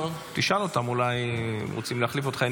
תשאל אותם, אולי רוצים להחליף אותך.